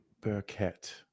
Burkett